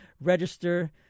register